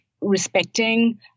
respecting